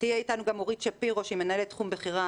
תהיה אתנו גם אורית שפירו שהיא מנהלת תחום בכירה,